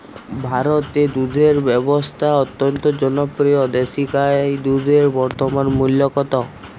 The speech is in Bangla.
ভারতে দুধের ব্যাবসা অত্যন্ত জনপ্রিয় দেশি গাই দুধের বর্তমান মূল্য কত?